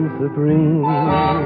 supreme